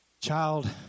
child